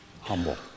humble